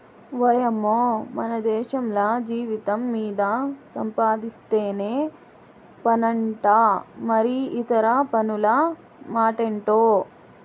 ఓయమ్మో మనదేశంల జీతం మీద సంపాధిస్తేనే పన్నంట మరి ఇతర పన్నుల మాటెంటో